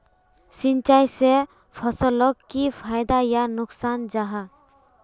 सिंचाई से फसलोक की फायदा या नुकसान जाहा?